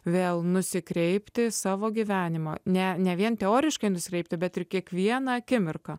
vėl nusikreipti savo gyvenimą ne ne vien teoriškai nuslėpti bet ir kiekvieną akimirką